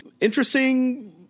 Interesting